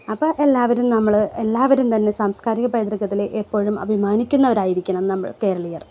അപ്പോൾ എല്ലാവരും നമ്മൾ എല്ലാവരും തന്നെ സാംസ്കാരിക പൈതൃകത്തിൽ എപ്പോഴും അഭിമാനിക്കുന്നവ ർ ആയിരിക്കണം നമ്മൾ കേരളീയർ